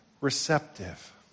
receptive